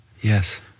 Yes